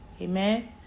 amen